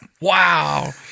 wow